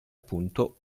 punto